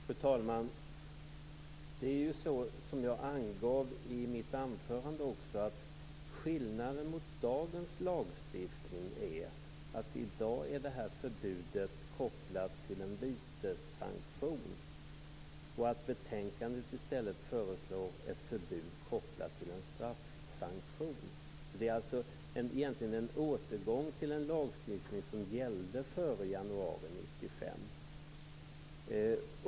Fru talman! Som jag angav i mitt anförande är förbudet enligt dagens lagstiftning kopplat till en vitessanktion. I betänkandet föreslås i stället ett förbud kopplat till en straffsanktion. Det är egentligen en återgång till den lagstiftning som gällde före januari 1995.